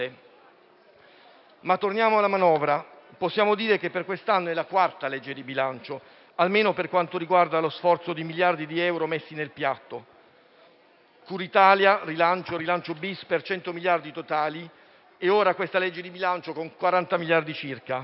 Ma torniamo alla manovra. Possiamo dire che per quest'anno è la quarta legge di bilancio, almeno per quanto riguarda lo sforzo di miliardi di euro messi nel piatto: cura Italia, rilancio, rilancio-*bis*, per 100 miliardi totali, e ora questa legge di bilancio con 40 miliardi